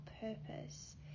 purpose